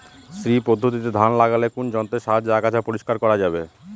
শ্রী পদ্ধতিতে ধান লাগালে কোন যন্ত্রের সাহায্যে আগাছা পরিষ্কার করা যাবে?